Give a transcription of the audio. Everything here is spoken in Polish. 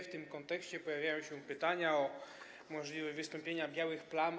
W tym kontekście pojawiają się pytania o możliwość wystąpienia białych plam.